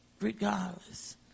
regardless